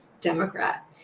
Democrat